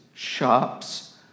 Shops